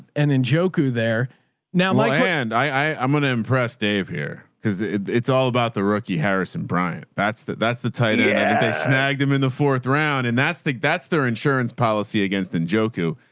and in joko there now like land, i i'm going to impress dave here. cause it's all about the rookie harrison bryant. that's the, that's the title. they snagged him in the fourth round. and that's the, that's their insurance policy against in joko.